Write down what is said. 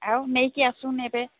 ଆଉ ନେଇକି ଆସନ୍ତୁ ଏବେ